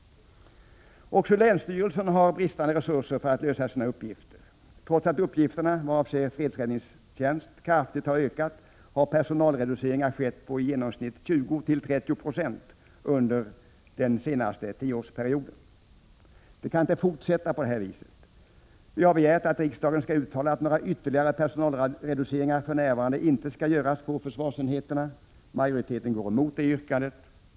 Även länsstyrelserna har bristande resurser för att lösa sina uppgifter. Trots att uppgifterna vad avser fredsräddningstjänst har ökat kraftigt, har personalreduceringar skett med totalt 20-30 26 under den senaste tioårsperioden. Det kan inte fortsätta på det viset. Vi har begärt att riksdagen skall uttala att några ytterligare personalreduceringar för närvarande inte skall göras på försvarsenheterna. Majoriteten går emot detta yrkande.